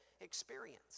experience